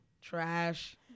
Trash